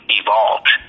evolved